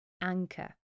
anchor